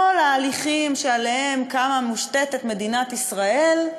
כל ההליכים שעליהם מושתתת מדינת ישראל,